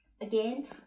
Again